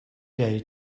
day